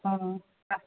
অ